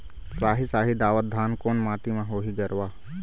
साही शाही दावत धान कोन माटी म होही गरवा?